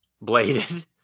bladed